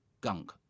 gunk